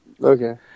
Okay